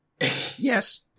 Yes